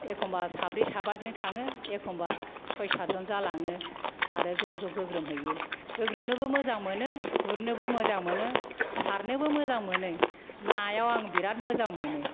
एखनब्ला साब्रै साबाजों थाङो एखनब्ला सय सातजन जालाङो आरो ज' ज' गोग्रोमहैयो गोग्रोमनोबो मोजां मोनो गुरनोबो मोजां मोनो सारनोबो मोजां मोनो नायाव आङो बिरात मोजां मोनो